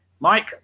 Mike